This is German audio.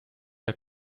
der